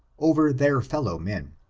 over their fellow-men.